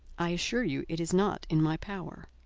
i assure you it is not in my power.